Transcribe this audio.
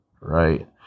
Right